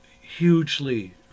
hugely